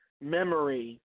memory